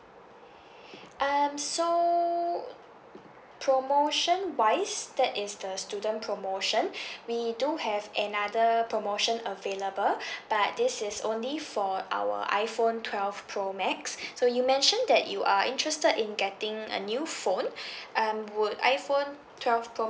um so promotion wise that is the student promotion we do have another promotion available but this is only for our iPhone twelve pro max so you mentioned that you are interested in getting a new phone um would iPhone twelve pro